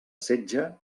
setge